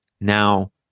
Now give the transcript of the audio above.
now